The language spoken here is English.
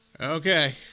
Okay